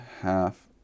half